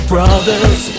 Brothers